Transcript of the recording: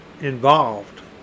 involved